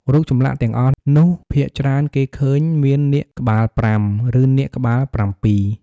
រូបចម្លាក់ទាំងអស់នោះ ភាគច្រើនគេឃើញមាននាគក្បាលប្រាំ ឬនាគក្បាលប្រាំពីរ។